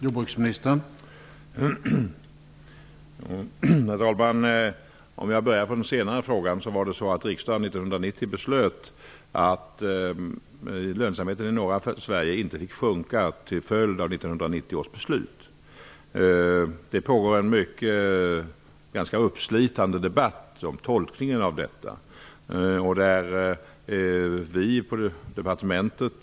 Herr talman! Riksdagen beslöt 1990 att lönsamheten i norra Sverige inte fick sjunka till följd av 1990 års jordbruksbeslut. Det pågår en ganska uppslitande debatt om tolkningen av riksdagens beslut angående lönsamheten.